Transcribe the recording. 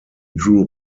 drew